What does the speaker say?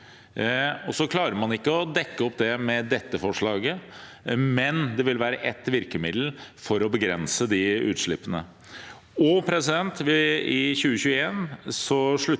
Så klarer man ikke å dekke opp det med dette forslaget, men det vil være ett virkemiddel for å begrense de utslippene. I 2021 sluttet